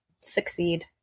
succeed